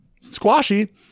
Squashy